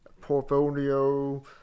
portfolio